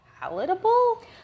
palatable